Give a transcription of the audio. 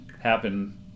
happen